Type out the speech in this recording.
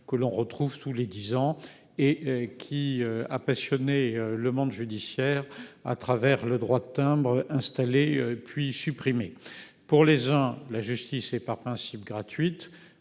que l'on retrouve tous les 10 ans et qui a passionné le monde judiciaire à travers le droit de timbre installé puis supprimée pour les hein. La justice et par principe, gratuite